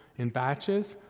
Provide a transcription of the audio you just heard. in batches.